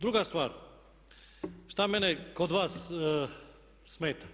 Druga stvar šta mene kod vas smeta.